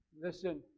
Listen